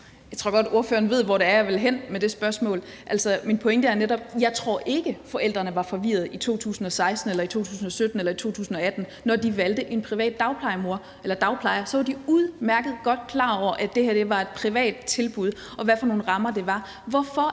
Jeg tror godt, ordføreren ved, hvor det er, jeg vil hen med det spørgsmål. Altså, min pointe er netop, at jeg ikke tror, at forældrene var forvirrede i 2016 eller i 2017 eller i 2018, når de valgte en privat dagplejer – så var de udmærket godt klar over, at det her var et privat tilbud, og hvad det var for nogle rammer.